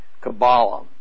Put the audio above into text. Kabbalah